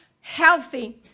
healthy